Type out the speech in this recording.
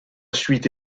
suite